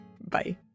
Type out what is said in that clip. Bye